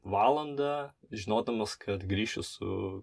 valandą žinodamas kad grįšiu su